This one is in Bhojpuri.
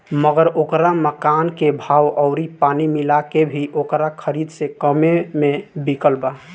मगर ओकरा मकान के भाव अउरी पानी मिला के भी ओकरा खरीद से कम्मे मे बिकल बा